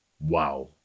Wow